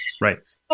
Right